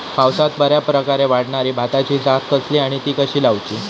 पावसात बऱ्याप्रकारे वाढणारी भाताची जात कसली आणि ती कशी लाऊची?